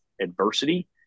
adversity